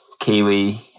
Kiwi